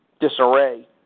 disarray